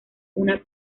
una